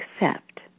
accept